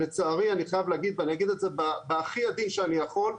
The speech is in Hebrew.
לצערי אני חייב להגיד ואני אגיד את זה בהכי עדין שאני יכול,